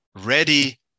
ready